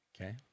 Okay